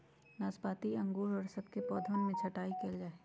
नाशपाती अंगूर और सब के पौधवन के छटाई कइल जाहई